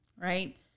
right